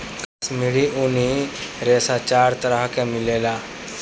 काश्मीरी ऊनी रेशा चार तरह के मिलेला